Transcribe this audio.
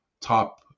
top